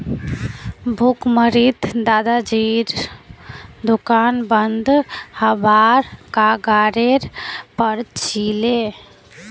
भुखमरीत दादाजीर दुकान बंद हबार कगारेर पर छिले